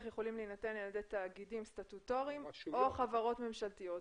יכולים להינתן על ידי תאגידים סטטוטוריים או חברות ממשלתיות.